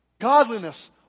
Godliness